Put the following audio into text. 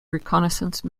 reconnaissance